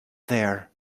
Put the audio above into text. there